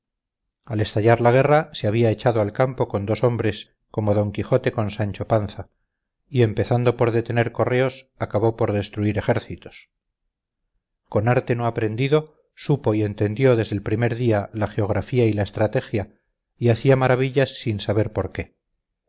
al estallar la guerra se había echado al campo con dos hombres como d quijote con sancho panza y empezando por detener correos acabó por destruir ejércitos con arte no aprendido supo y entendió desde el primer día la geografía y la estrategia y hacía maravillas sin saber por qué